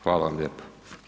Hvala vam lijepo.